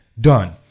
done